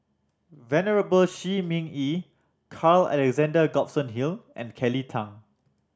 Venerable Shi Ming Yi Carl Alexander Gibson Hill and Kelly Tang